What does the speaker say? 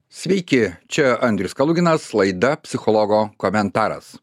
sveiki čia andrius kaluginas laida psichologo komentaras